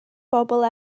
bobl